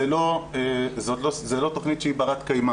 זו לא תכנית שהיא ברת-קיימא,